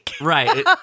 right